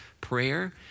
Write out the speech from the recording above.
prayer